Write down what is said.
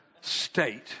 state